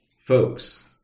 folks